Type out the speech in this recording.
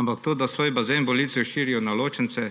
Ampak to, da svoj bazen volivcev širijo na ločence